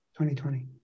2020